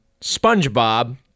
Spongebob